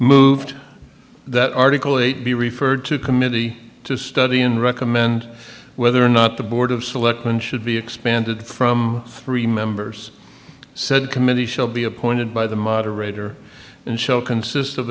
moved that article it be referred to a committee to study in recommend whether or not the board of selectmen should be expanded from three members said committee shall be appointed by the moderator and shall consist of